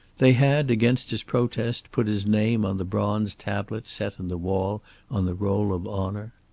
they had, against his protest, put his name on the bronze tablet set in the wall on the roll of honor.